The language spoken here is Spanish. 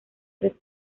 tres